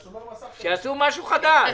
שיעשו משהו חדש.